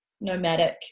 nomadic